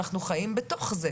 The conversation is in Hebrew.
ושחיים בתוך זה.